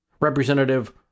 Representative